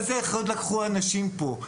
אילו אחריויות לקחו האנשים פה?